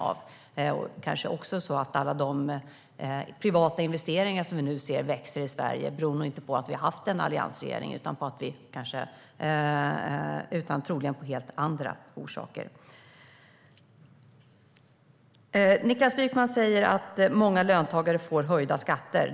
Det är kanske också så att alla de privata investeringar som vi nu ser växa i Sverige inte beror på att vi har haft en alliansregering, utan det har troligen helt andra orsaker. Niklas Wykman säger att många löntagare får höjda skatter.